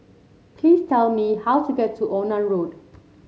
please tell me how to get to Onan Road